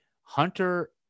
Hunter